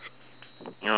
okay